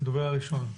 הדובר הראשון.